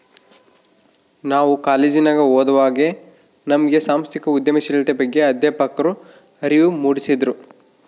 ನಾವು ಕಾಲೇಜಿನಗ ಓದುವಾಗೆ ನಮ್ಗೆ ಸಾಂಸ್ಥಿಕ ಉದ್ಯಮಶೀಲತೆಯ ಬಗ್ಗೆ ಅಧ್ಯಾಪಕ್ರು ಅರಿವು ಮೂಡಿಸಿದ್ರು